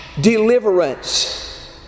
deliverance